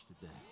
today